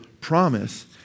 promise